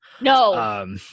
no